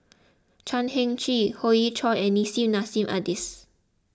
Chan Heng Chee Hoey Choo and Nissim Nassim Adis